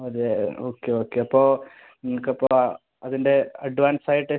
അതെ okay okay അപ്പോൾ നിങ്ങൾക്ക് അപ്പോൾ അതിൻ്റെ അഡ്വാൻസായിട്ട്